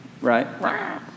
right